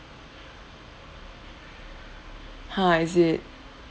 ha is it